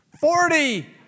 Forty